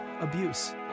abuse